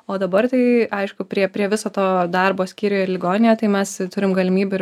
o dabar tai aišku prie prie viso to darbo skyriuje ligoninėje tai mes turim galimybių ir